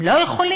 הם לא יכולים,